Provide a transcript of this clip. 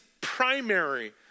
primary